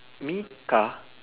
mika